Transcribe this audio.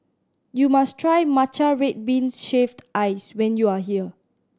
you must try matcha red bean shaved ice when you are here